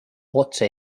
otse